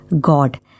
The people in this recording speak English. God